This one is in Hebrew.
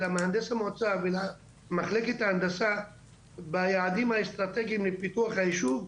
למהנדס המועצה ולמחלקת ההנדסה ביעדים האסטרטגים לפיתוח הישוב.